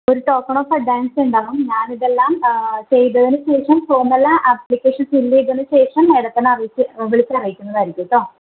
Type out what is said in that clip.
ഒരു token of അഡ്വാൻസുണ്ടാകും ഞാനിതെല്ലാം ചെയ്തതിനു ശേഷം ഫോമെല്ലാം ആപ്ലിക്കേഷൻ ഫില്ല് ചെയ്തതിന്ശേഷം മേഡത്തിനെ അറിയിക്കു വിളിച്ചറിയിക്കുന്നതായിരിക്കൂട്ടോ